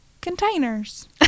containers